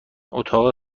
اتاق